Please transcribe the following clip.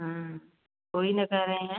हाँ वही न कह रहे हैं